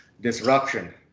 disruption